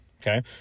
Okay